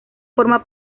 forma